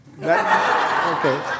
Okay